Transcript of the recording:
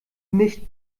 nicht